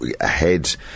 ahead